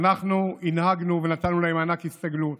שאנחנו הנהגנו, נתנו להם מענק הסתגלות